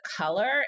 color